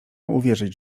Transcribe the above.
uwierzyć